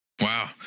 Wow